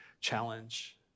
challenge